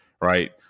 Right